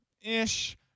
ish